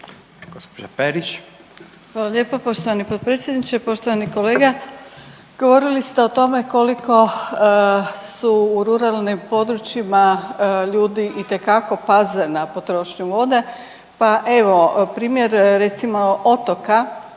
Grozdana (HDZ)** Hvala lijepa poštovani potpredsjedniče, poštovani kolega. Govorili ste o tome koliko su u ruralnim područjima ljudi itekako paze na potrošnju vode pa evo, primjer, recimo, otoka,